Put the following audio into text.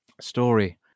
story